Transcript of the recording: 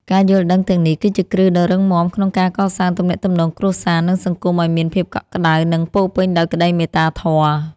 ការយល់ដឹងទាំងនេះ គឺជាគ្រឹះដ៏រឹងមាំក្នុងការកសាងទំនាក់ទំនងគ្រួសារ និងសង្គមឱ្យមានភាពកក់ក្ដៅ និងពោរពេញដោយក្ដីមេត្តាធម៌។